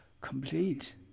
complete